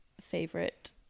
favorite